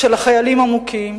של החיילים המוכים,